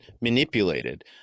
manipulated